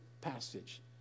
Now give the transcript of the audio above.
passage